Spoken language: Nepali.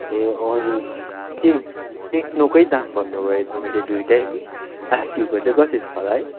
ए हजुर के टेक्नोकै दाम भन्नु भयो तपाईँले दुइटै नि आइक्युको चाहिँ कति छ होला है